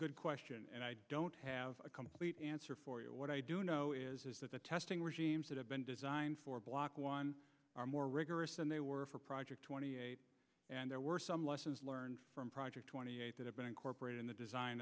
good question and i don't have a complete answer for you what i do know is that the testing regimes that have been designed for block one are more rigorous than they were for project and there were some lessons learned from project twenty eight that have been incorporated in the design